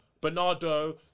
Bernardo